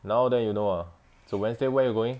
now then you know ah so wednesday where you going